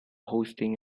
hosting